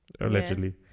allegedly